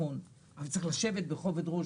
אבל צריך לשבת על זה בכובד ראש.